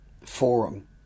forum